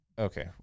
Okay